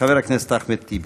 חבר הכנסת אחמד טיבי.